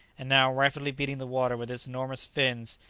and now rapidly beating the water with its enormous fins,